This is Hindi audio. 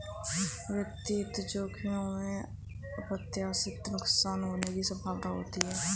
वित्तीय जोखिमों में अप्रत्याशित नुकसान होने की संभावना होती है